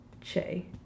Che